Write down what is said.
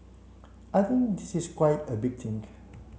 I think this is quite a big think